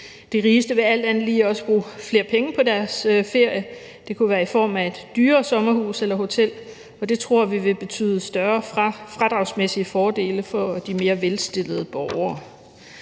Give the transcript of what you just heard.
De rigeste vil alt andet lige også bruge flere penge på deres ferie. Det kunne være i form af et dyrere sommerhus eller hotel, og det tror vi vil betyde større fradragsmæssige fordele for de mere velstillede borgere.